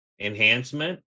enhancement